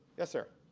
yes sir.